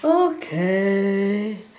okay